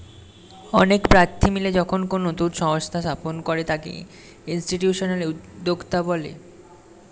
অনেক প্রার্থী মিলে যখন কোনো নতুন সংস্থা স্থাপন করে তাকে ইনস্টিটিউশনাল উদ্যোক্তা বলে